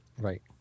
Right